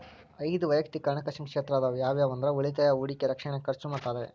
ಐದ್ ವಯಕ್ತಿಕ್ ಹಣಕಾಸಿನ ಕ್ಷೇತ್ರ ಅದಾವ ಯಾವ್ಯಾವ ಅಂದ್ರ ಉಳಿತಾಯ ಹೂಡಿಕೆ ರಕ್ಷಣೆ ಖರ್ಚು ಮತ್ತ ಆದಾಯ